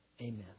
Amen